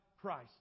Christ